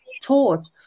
taught